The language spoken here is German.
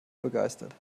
begeistert